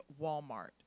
Walmart